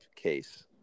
case